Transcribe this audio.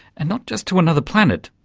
and not just to another planet,